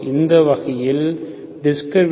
இந்த வகையில் discriminant B2 4AC0